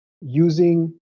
using